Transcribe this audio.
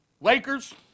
Lakers